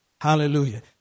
Hallelujah